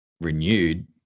renewed